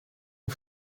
een